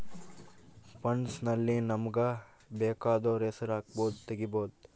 funds ಅಲ್ಲಿ ನಮಗ ಬೆಕಾದೊರ್ ಹೆಸರು ಹಕ್ಬೊದು ತೆಗಿಬೊದು